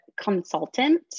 consultant